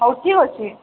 ହଉ ଠିକ୍ ଅଛେ